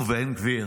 ובן גביר,